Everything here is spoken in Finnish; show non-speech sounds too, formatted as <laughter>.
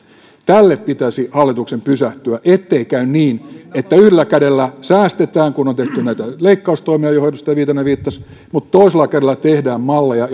tähän pitäisi hallituksen pysähtyä ettei käy niin että yhdellä kädellä säästetään kun on tehty näitä leikkaustoimia joihin edustaja viitanen viittasi mutta toisella kädellä tehdään malleja <unintelligible>